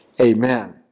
Amen